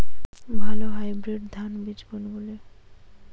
ভালো হাইব্রিড ধান বীজ কোনগুলি?